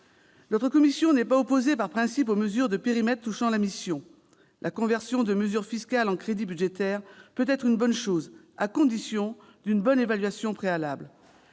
Notre commission n'est pas opposée par principe aux mesures de périmètre touchant la mission. La conversion de mesures fiscales en crédits budgétaires peut être positive, à condition de réaliser au préalable